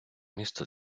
міста